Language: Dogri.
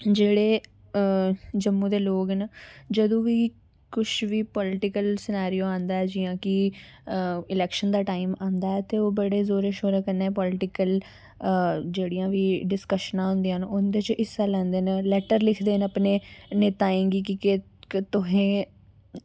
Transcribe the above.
जेह्ड़े जम्मू दे लोग न जदूं बी कुछ बी पॉलीटिकल सिनेरियो आंदा ऐ जियां की ते इलेक्शन दा टाईम आंदा ते बड़े जोरै शोरै कन्नै थुआढ़े कन्नै पॉलीटिकल जेह्ड़ियां बी डिस्कशनां होंदियां न उंदे च हिस्सा लैंदे न लेटर लिखदे न अपने नेताऐं गी की तुसें